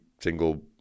single